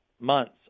months